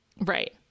Right